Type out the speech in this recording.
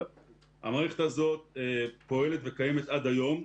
המערכת הזאת פועלת וקיימת עד היום,